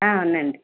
ஆ நன்றி